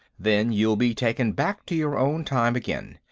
then you'll be taken back to your own time again.